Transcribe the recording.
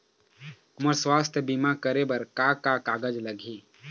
मोर स्वस्थ बीमा करे बर का का कागज लगही?